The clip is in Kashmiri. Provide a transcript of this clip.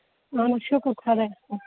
اَہَن حظ شُکُر خۄدایَس کُن